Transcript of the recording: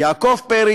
יעקב פרי,